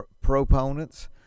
proponents